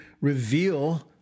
reveal